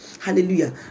hallelujah